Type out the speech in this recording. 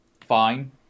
fine